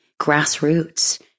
grassroots